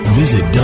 visit